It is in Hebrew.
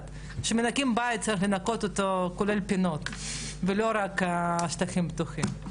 כשמנקים בית צריך לנקות אותו כולל הפינות ולא רק השטחים הפתוחים.